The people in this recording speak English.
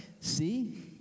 see